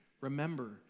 Remember